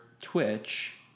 Twitch